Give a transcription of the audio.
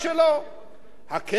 הקרן יש לה רשימה,